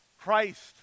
Christ